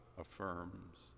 affirms